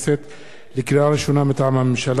מטעם הממשלה: הצעת חוק להארכת תוקפן